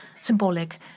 symbolic